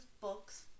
books